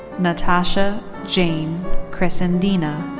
natasha jane chrisandina.